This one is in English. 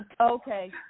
Okay